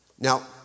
Now